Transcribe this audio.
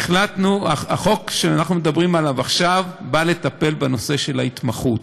החוק שאנחנו מדברים עליו עכשיו בא לטפל בנושא ההתמחות.